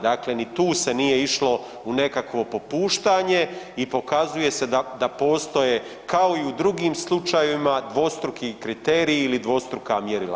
Dakle ni tu se nije išlo u nekakvo popuštanje i pokazuje se da postoje kao i u drugim slučajevima dvostruki kriteriji ili dvostruka mjerila.